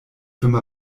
firma